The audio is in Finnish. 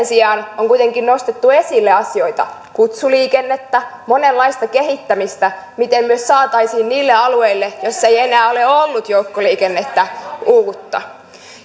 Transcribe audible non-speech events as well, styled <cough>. <unintelligible> sijaan on kuitenkin nostettu esille asioita kutsuliikennettä monenlaista kehittämistä miten me saisimme uutta niille alueille joilla ei enää ole ole ollut joukkoliikennettä